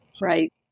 Right